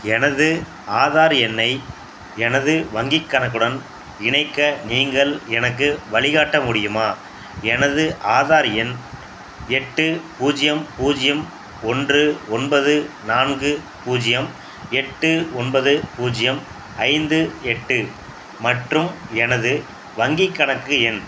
எனது ஆதார் எண்ணை எனது வங்கிக் கணக்குடன் இணைக்க நீங்கள் எனக்கு வழிகாட்ட முடியுமா எனது ஆதார் எண் எட்டு பூஜ்ஜியம் பூஜ்ஜியம் ஒன்று ஒன்பது நான்கு பூஜ்ஜியம் எட்டு ஒன்பது பூஜ்ஜியம் ஐந்து எட்டு மற்றும் எனது வங்கிக் கணக்கு எண்